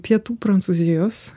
pietų prancūzijos